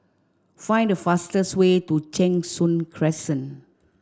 find the fastest way to Cheng Soon Crescent